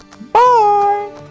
bye